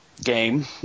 Game